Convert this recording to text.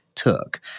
took